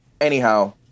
anyhow